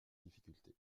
difficulté